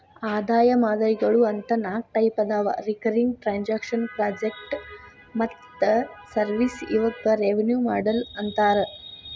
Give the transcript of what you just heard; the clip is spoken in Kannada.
ಆದಾಯ ಮಾದರಿಗಳು ಅಂತ ನಾಕ್ ಟೈಪ್ ಅದಾವ ರಿಕರಿಂಗ್ ಟ್ರಾಂಜೆಕ್ಷನ್ ಪ್ರಾಜೆಕ್ಟ್ ಮತ್ತ ಸರ್ವಿಸ್ ಇವಕ್ಕ ರೆವೆನ್ಯೂ ಮಾಡೆಲ್ ಅಂತಾರ